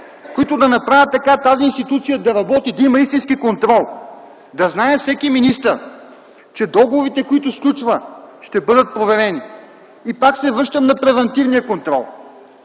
които да направят така тази институция да работи, да има истински контрол, да знае всеки министър, че договорите, които сключва, ще бъдат проверени. Пак се връщам на превантивния контрол.